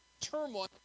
turmoil